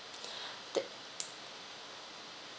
that